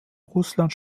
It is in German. russland